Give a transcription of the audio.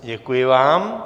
Děkuji vám.